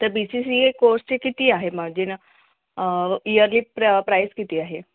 तर B C C A कोर्सचे किती आहेत म्हणजे ना इयरली प्र प्राईस किती आहे